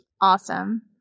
Awesome